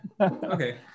okay